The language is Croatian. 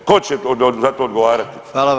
Tko će za to odgovarati?